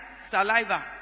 Saliva